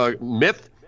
myth